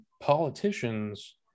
politicians